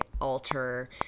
alter